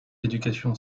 d’éducation